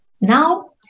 Now